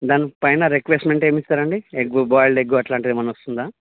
దాని పైన రిక్వెష్ట్మెంట్ ఏం ఇస్తారండి ఎగ్గు బాయిల్డ్ ఎగ్గు అట్లాంటివేమన్నా వస్తుందా